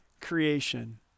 creation